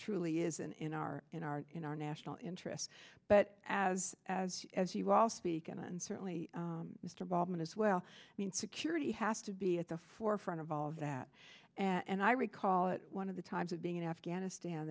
truly isn't in our in our in our national interests but as as you as you all speak on and certainly mr waldman as well i mean security has to be at the forefront of all of that and i recall it one of the times of being in afghanistan